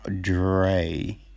Dre